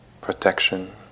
protection